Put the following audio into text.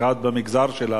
במיוחד במגזר שלנו,